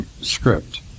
script